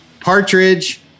Partridge